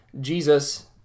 Jesus